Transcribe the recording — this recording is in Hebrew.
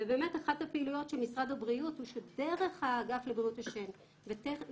ובאמת אחת הפעילויות של משרד הבריאות דרך האגף לבריאות השן ודרך